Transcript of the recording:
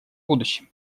будущем